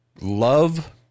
love